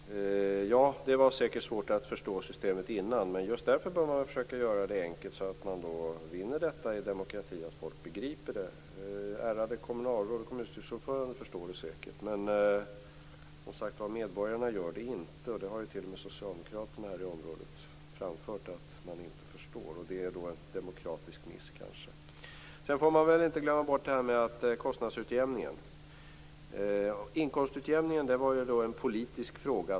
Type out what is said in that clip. Herr talman! Det var säkert svårt att förstå systemet innan, men just därför bör man försöka göra det enkelt så att man vinner i demokrati i den meningen att folk begriper det. Ärrade kommunalråd och kommunstyrelseordförande förstår det säkert, men medborgarna gör det som sagt var inte. T.o.m. socialdemokraterna här i området har framfört att de inte förstår. Det är en demokratisk miss. Vi får inte glömma bort kostnadsutjämningen. Inkomstutjämningen var en politisk fråga.